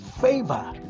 favor